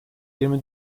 yirmi